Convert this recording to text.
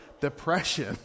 Depression